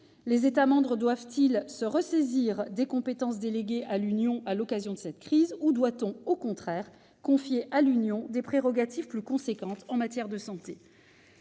les États membres doivent-ils se ressaisir des compétences déléguées à l'Union à l'occasion de cette crise, ou doit-on au contraire confier à l'Union des prérogatives plus importantes en matière de santé ?